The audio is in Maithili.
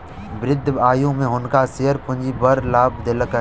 वृद्ध आयु में हुनका शेयर पूंजी बड़ लाभ देलकैन